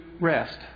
rest